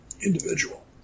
individual